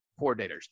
coordinators